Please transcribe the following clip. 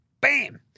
Bam